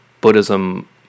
Buddhism